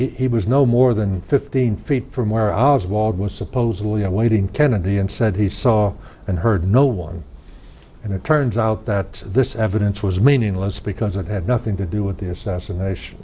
he was no more than fifteen feet from where i was baldwin supposedly awaiting kennedy and said he saw and heard no one and it turns out that this evidence was meaningless because it had nothing to do with the assassination